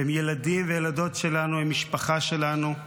הם ילדים וילדות שלנו, הם משפחה שלנו.